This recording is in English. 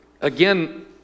again